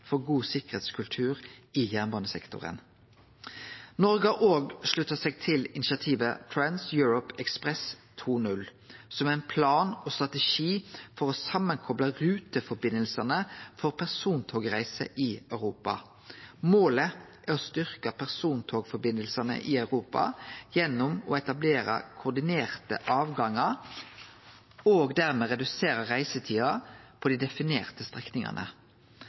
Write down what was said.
for god sikkerheitskultur i jernbanesektoren. Noreg har òg slutta seg til initiativet Trans Europe Express 2.0 som ein plan og strategi for å kople saman ruteforbindelsane for persontogreiser i Europa. Målet er å styrkje persontogforbindelsane i Europa gjennom å etablere koordinerte avgangar og dermed redusere reisetida på dei definerte strekningane.